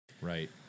Right